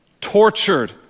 tortured